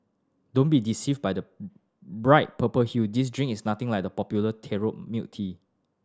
don't be deceived by the bright purple hue this drink is nothing like the popular taro milk tea